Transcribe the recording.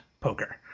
poker